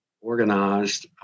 organized